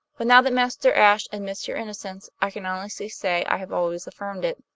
but now that mr. ashe admits your innocence, i can honestly say i have always affirmed it.